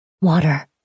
Water